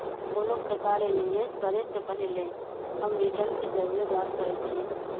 कोनो प्रकारे निवेश करे से पहिले हम रिटर्न के जरुरे जाँच करइछि